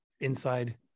inside